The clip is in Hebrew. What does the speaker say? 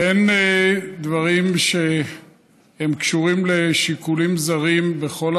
אין דברים שקשורים לשיקולים זרים בכל